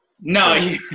No